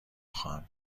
خواهم